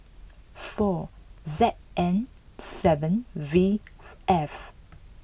four Z N seven V F